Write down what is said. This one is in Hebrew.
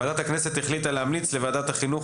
ועדת הכנסת החליטה להמליץ לוועדת החינוך,